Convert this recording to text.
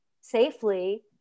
safely